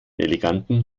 eleganten